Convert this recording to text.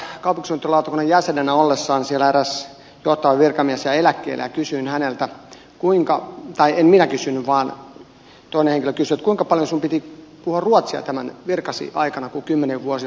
tuli vaan mieleen se että tuossa kaupunkisuunnittelulautakunnan jäsenenä ollessani siellä eräs johtava virkamies jäi eläkkeelle ja häneltä kysyttiin kuinka paljon sinun piti puhua ruotsia tämän virkasi aikana kun kymmeniä vuosia oli virassa